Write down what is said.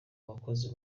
bakozi